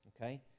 okay